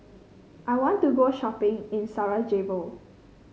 I want to go shopping in Sarajevo